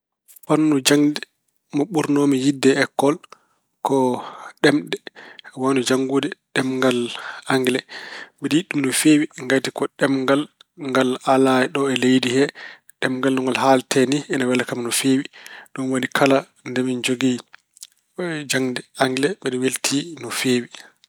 Fannu jaŋde mo ɓurnoomi yiɗde e ekkol ko ɗemɗe ko wayno janngude ɗemngal Angele. Mbeɗe yiɗi ɗum no feewi ngati ɗemngal ngal alaa ɗo e leydi he. No ɗemngal ngal haaldete mi ina wela kam no feewi. Dum waɗi kala nde min njogii jaŋde Angele mbeɗe weltii no feewi.